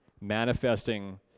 manifesting